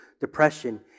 Depression